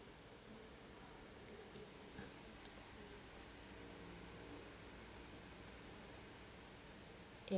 ya